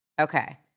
Okay